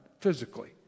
physically